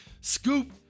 Scoop